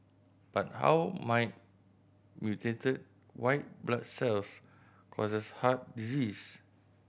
but how might mutated white blood cells causes heart disease